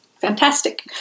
fantastic